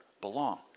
belong